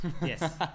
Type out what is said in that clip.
Yes